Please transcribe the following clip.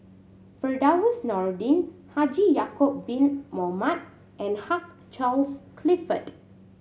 Firdaus Nordin Haji Ya'acob Bin Mohamed and Hugh Charles Clifford